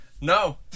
No